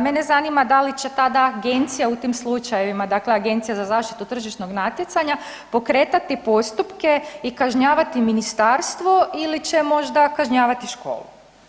mene zanima da li će tada agencija u tim slučajevima, dakle Agencija za zaštitu tržišnog natjecanja pokretati postupke i kažnjavati ministarstvo ili će možda kažnjavati školu?